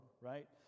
right